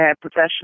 professional